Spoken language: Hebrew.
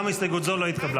גם הסתייגות זו לא התקבלה.